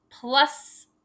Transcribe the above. plus